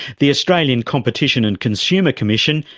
the australian competition and consumer commission,